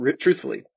truthfully